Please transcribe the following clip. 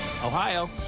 Ohio